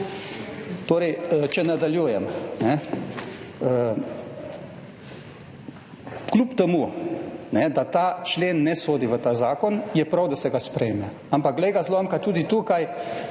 Torej, če nadaljujem, kljub temu, da ta člen ne sodi v ta zakon, je prav, da se ga sprejme. Ampak glej ga zlomka, tudi tukaj